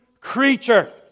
creature